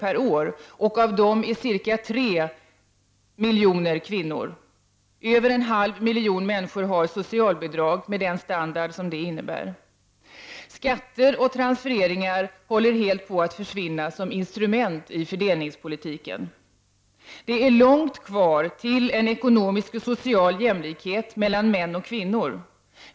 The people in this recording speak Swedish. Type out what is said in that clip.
per år, och av dessa människor är ca 3 miljoner kvinnor. Över en halv miljon människor uppbär socialbidrag — med den standard som det innebär. Skatter och transfereringar håller helt på att försvinna som instrument i fördelningspolitiken. Det är långt kvar till ekonomisk och social jämlikhet mellan män och kvinnor.